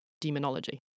Demonology